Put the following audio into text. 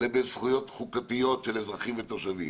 לבין זכויות חוקתיות של אזרחים ותושבים,